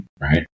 Right